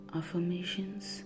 Affirmations